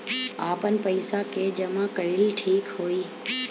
आपन पईसा के जमा कईल ठीक होई?